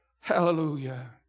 Hallelujah